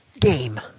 game